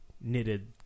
knitted